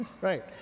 Right